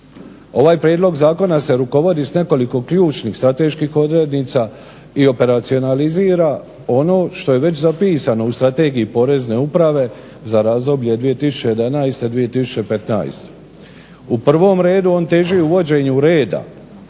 Ovaj prijedlog zakona se rukovodi s nekoliko ključnih strateških odrednica i operacionalizira ono što je već zapisano u Strategiji Porezne uprave za razdoblje 2011-2015. U prvom redu on teži uvođenju reda